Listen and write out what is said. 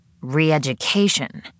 Re-education